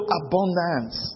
abundance